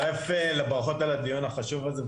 מצטרף לברכות על הדיון החשוב הזה.